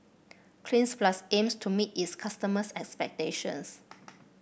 Cleanz Plus aims to meet its customers' expectations